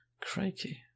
Crikey